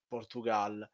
Portugal